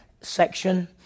section